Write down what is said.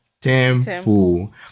temple